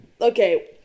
Okay